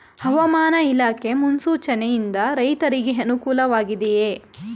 ಹವಾಮಾನ ಇಲಾಖೆ ಮುನ್ಸೂಚನೆ ಯಿಂದ ರೈತರಿಗೆ ಅನುಕೂಲ ವಾಗಿದೆಯೇ?